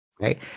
right